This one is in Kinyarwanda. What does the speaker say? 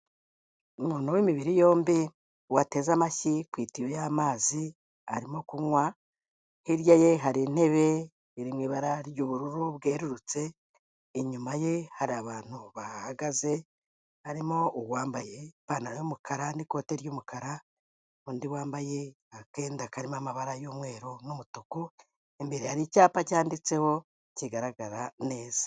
Umuntu w'imibiri yombi, wateze amashyi ku itiyo y'amazi arimo kunywa, hirya ye hari intebe iri mu ibara ry'ubururu bwerurutse, inyuma ye hari abantu bahahagaze, harimo uwambaye ipantaro y'umukara n'ikote ry'umukara, undi wambaye akenda karimo amabara y'umweru n'umutuku, imbere hari icyapa cyanditseho, kigaragara neza.